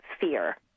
fear